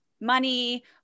money